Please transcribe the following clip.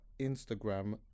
instagram